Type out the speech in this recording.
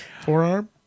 forearm